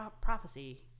prophecy